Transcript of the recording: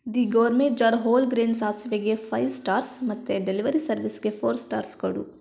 the gourmet jar wholegrain ಸಾಸಿವೆಗೆ five stars ಮತ್ತು delivery ಸರ್ವಿಸ್ಗೆ ಫೋರ್ ಸ್ಟಾರ್ಸ್ ಕೊಡು